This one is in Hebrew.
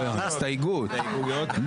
הסתייגויות.